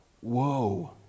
whoa